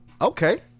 Okay